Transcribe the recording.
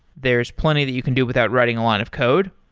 there's plenty that you can do without writing a lot of code,